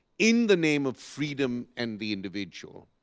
in the name of freedom and the individual.